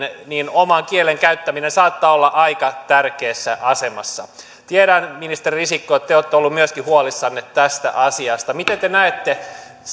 oman kielen käyttäminen saattaa olla aika tärkeässä asemassa tiedän ministeri risikko että te olette myöskin ollut huolissanne tästä asiasta miten te näette